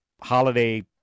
holiday